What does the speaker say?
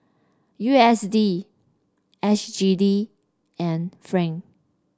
U S D S G D and franc